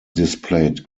displayed